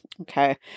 Okay